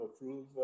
approve